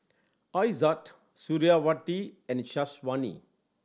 Aizat Suriawati and Syazwani